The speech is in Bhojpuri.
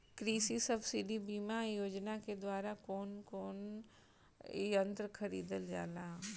कृषि सब्सिडी बीमा योजना के द्वारा कौन कौन यंत्र खरीदल जाला?